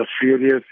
furious